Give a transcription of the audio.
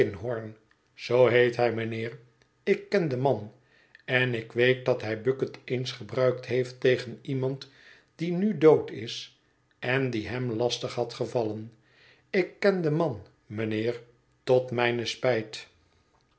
hij mijnheer ik ken den man en ik weet dat hij bucket eens gebruikt heeft tegen iemand die nu dood is en die hem lastig had gevallen ik ken den man mijnheer tot mijne spijt